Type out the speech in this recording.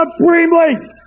supremely